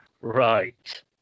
Right